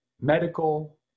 medical